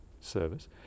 service